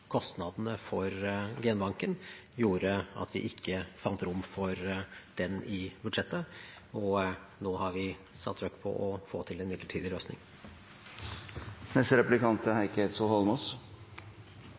kostnadene for genbanken gjorde at vi ikke fant rom for den i budsjettet. Nå har vi satt trykk på å få til en midlertidig